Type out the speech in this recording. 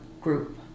group